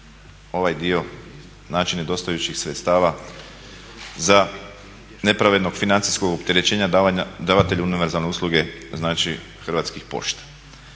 ovaj dio nedostajućih sredstava za nepravednog financijskog opterećenja davatelju univerzalne usluge, znači Hrvatskih pošta.